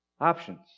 options